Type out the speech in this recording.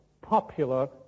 popular